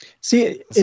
See